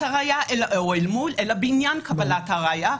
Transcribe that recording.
הראיה" אלא נאמר "בעניין קבלת הראיה".